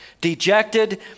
dejected